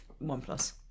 OnePlus